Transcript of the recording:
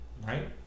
right